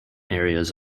areas